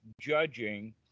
judging